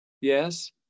Yes